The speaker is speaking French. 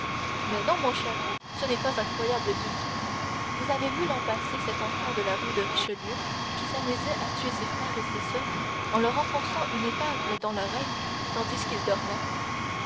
mais non mon cher ce n'est pas incroyable du tout vous avez vu l'an passé cet enfant de la rue de richelieu qui s'amusait à tuer ses frères et ses soeurs en leur enfonçant une épingle dans l'oreille tandis qu'ils dormaient